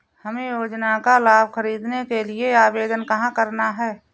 हमें योजना का लाभ ख़रीदने के लिए आवेदन कहाँ करना है?